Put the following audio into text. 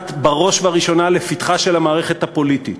מונחת בראש ובראשונה לפתחה של המערכת הפוליטית.